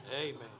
Amen